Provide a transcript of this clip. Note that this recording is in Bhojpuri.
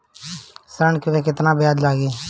ऋण पर केतना ब्याज लगी?